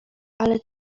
ale